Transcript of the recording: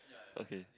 okay